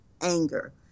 anger